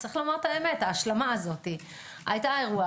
ההשלמה הזאת היתה אירוע.